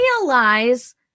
realize